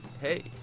hey